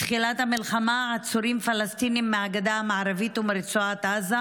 מתחילת המלחמה עצורים פלסטינים מהגדה המערבית ומרצועת עזה